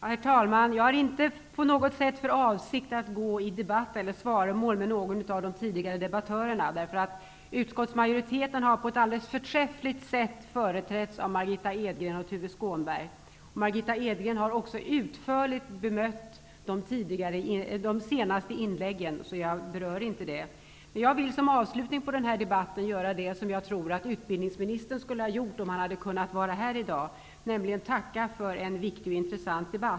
Herr talman! Jag har inte på något sätt för avsikt att gå i svaromål med någon av de tidigare debattörerna, därför att utskottsmajoriteten på ett alldeles förträffligt sätt har företrätts av Margitta Edgren och Tuve Skånberg. Margitta Edgren har också utförligt bemött de senaste inläggen. Därför berör jag inte dessa. Jag vill som avslutning på den här debatten göra det som jag tror att utbildningsministern skulle ha gjort om han hade kunnat vara här i dag, nämligen tacka för en viktig och intressant debatt.